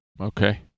Okay